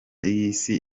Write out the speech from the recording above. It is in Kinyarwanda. y’isi